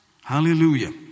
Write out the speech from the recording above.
hallelujah